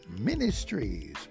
Ministries